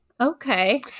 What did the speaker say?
Okay